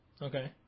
Okay